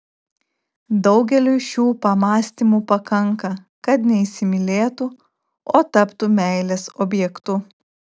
daugeliui šių pamąstymų pakanka kad neįsimylėtų o taptų meilės objektu